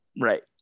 Right